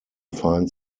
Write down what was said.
find